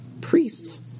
Priests